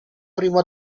primo